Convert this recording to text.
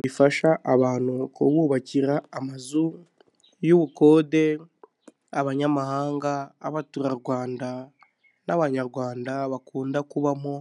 Bifasha abantu kububakira amazu y'ubukode abanyamahanga, abaturarwanda n'abanyarwanda bakunda kubamo